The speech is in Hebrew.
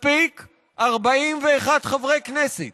מספיק 41 חברי כנסת